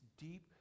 deep